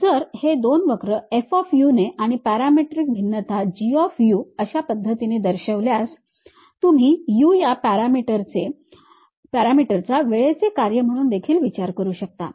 जर हे दोन वक्र F ने आणि पॅरामेट्रिक भिन्नता G अशा पद्धतीने दर्शविल्यास तुम्ही u या पॅरामीटरचा वेळेचे कार्य म्हणून देखील विचार करू शकता